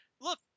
look